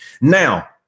Now